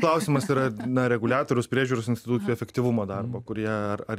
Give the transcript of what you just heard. klausimas yra na reguliatorius priežiūros institucijų efektyvumą darbą kurie ar